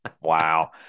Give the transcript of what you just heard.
Wow